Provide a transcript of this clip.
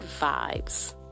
vibes